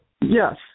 Yes